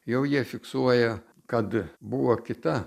jau jie fiksuoja kad buvo kita